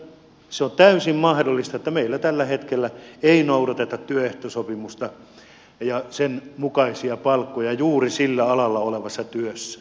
mutta se on täysin mahdollista että meillä tällä hetkellä ei noudateta työehtosopimusta ja sen mukaisia palkkoja juuri sillä alalla olevassa työssä